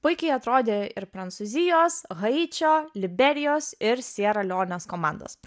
puikiai atrodė ir prancūzijos haičio liberijos ir siera leonės komandos